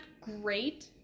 great